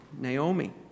Naomi